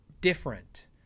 different